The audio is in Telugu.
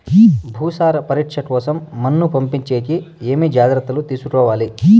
భూసార పరీక్ష కోసం మన్ను పంపించేకి ఏమి జాగ్రత్తలు తీసుకోవాలి?